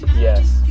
Yes